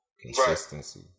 Consistency